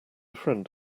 friend